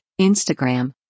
Instagram